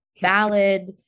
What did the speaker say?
valid